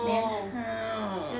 then how